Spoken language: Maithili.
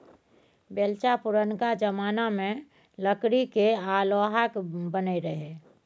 बेलचा पुरनका जमाना मे लकड़ी केर आ लोहाक बनय रहय